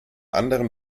anderem